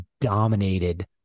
dominated